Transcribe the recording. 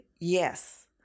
yes